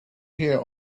hear